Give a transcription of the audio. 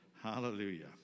Hallelujah